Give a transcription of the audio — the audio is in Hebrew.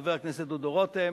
חבר הכנסת דודו רותם,